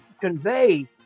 convey